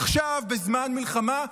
עכשיו, בזמן מלחמה,